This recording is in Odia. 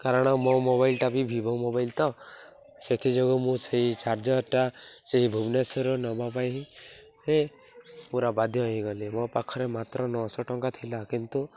କାରଣ ମୋ ମୋବାଇଲ୍ଟା ବି ଭିିଭୋ ମୋବାଇଲ୍ ତ ସେଥିଯୋଗୁଁ ମୁଁ ସେଇ ଚାର୍ଜର୍ଟା ସେଇ ଭୁବନେଶ୍ୱରର ନବା ପାଇଁ ଏ ପୁରା ବାଧ୍ୟ ହେଇଗଲେ ମୋ ପାଖରେ ମାତ୍ର ନଅଶହ ଟଙ୍କା ଥିଲା କିନ୍ତୁ